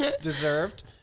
deserved